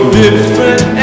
different